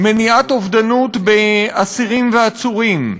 מניעת אובדנות באסירים ועצורים,